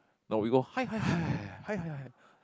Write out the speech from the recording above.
no we go hai hai hai hai hai hai